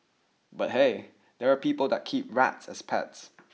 but hey there are people that keep rats as pets